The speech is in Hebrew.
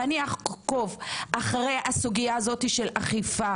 ואעקוב אחר סוגית האכיפה